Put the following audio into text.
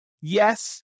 yes